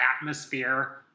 atmosphere